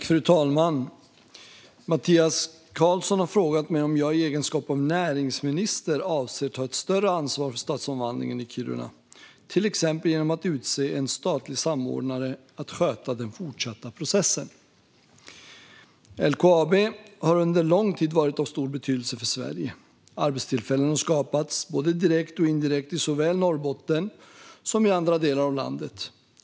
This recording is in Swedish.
Fru talman! Mattias Karlsson har frågat mig om jag i egenskap av näringsminister avser att ta ett större ansvar för stadsomvandlingen i Kiruna, till exempel genom att utse en statlig samordnare som ska sköta den fortsatta processen. LKAB har under lång tid varit av stor betydelse för Sverige. Arbetstillfällen har skapats, både direkt och indirekt, i såväl Norrbotten som andra delar av landet.